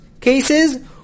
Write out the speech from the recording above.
cases